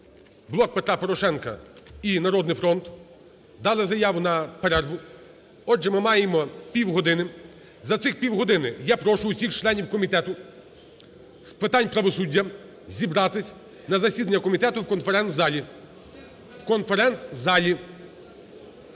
"Блок Петра Порошенка" і "Народний фронт" - дали заяву на перерву. Отже, ми маємо півгодини, за цих півгодини я прошу усіх членів Комітету з питань правосуддя зібратись на засідання комітету в конференц-залі. В конференц-залі!